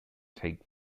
take